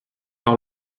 par